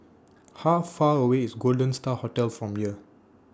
How Far away IS Golden STAR Hotel from here